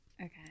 Okay